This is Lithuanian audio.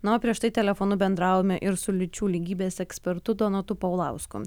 na o prieš tai telefonu bendravome ir su lyčių lygybės ekspertu donatu paulausku